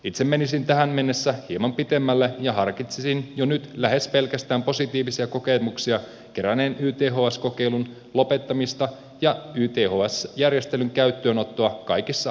itse menisin tähän mennessä hieman pitemmälle ja harkitsisin jo nyt lähes pelkästään positiivisia kokemuksia keränneen yths kokeilun lopettamista ja yths järjestelyn käyttöönottoa kaikissa ammattikorkeakouluissa